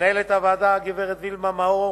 למנהלת הוועדה הגברת וילמה מאור